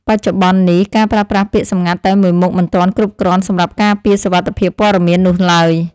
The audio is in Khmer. បច្ចុប្បន្ននេះការប្រើប្រាស់ពាក្យសម្ងាត់តែមួយមុខមិនទាន់គ្រប់គ្រាន់សម្រាប់ការពារសុវត្ថិភាពព័ត៌មាននោះឡើយ។